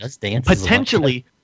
potentially